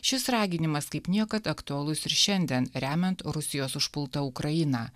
šis raginimas kaip niekad aktualus ir šiandien remiant rusijos užpultą ukrainą